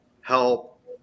help